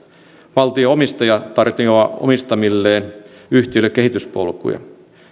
valtio omistaja tarjoaa omistamilleen yhtiöille kehityspolkuja